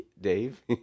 Dave